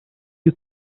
you